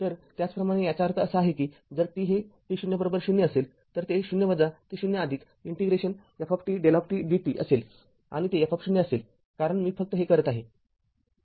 तर त्याचप्रमाणे याचा अर्थ असा आहे की जर t हे t00 असेल तर ते 0 ते 0 इंटिग्रेशन f δdt असेल आणि ते f असेल कारण मी फक्त हे करत आहे